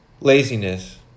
laziness